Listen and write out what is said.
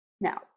Now